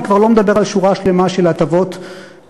ואני כבר לא מדבר על שורה שלמה של הטבות והנחות.